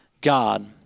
God